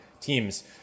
teams